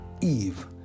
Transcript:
Eve